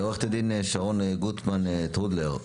עורכת הדין שרון גוטמן טרודלר,